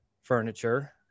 furniture